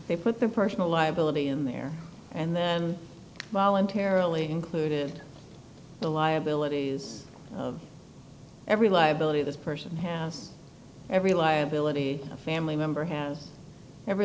they put their personal liability in there and then voluntarily included the liabilities of every liability this person has every liability a family member has every